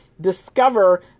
discover